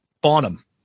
Bonham